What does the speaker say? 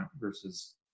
versus